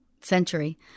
century